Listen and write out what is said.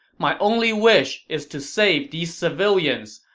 my only wish is to save these civilians.